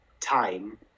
time